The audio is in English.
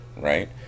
right